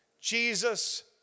Jesus